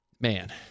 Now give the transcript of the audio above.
man